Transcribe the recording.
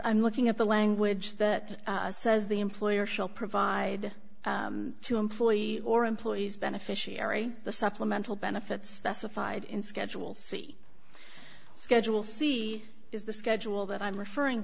i'm looking at the language that says the employer shall provide to employee or employees beneficiary the supplemental benefits specified in schedule c schedule c is the schedule that i'm referring